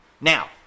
now